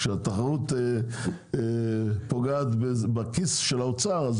כשהתחרות פוגעת בכיס של האוצר,